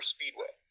Speedway